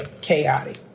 chaotic